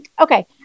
okay